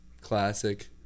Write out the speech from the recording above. classic